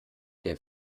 der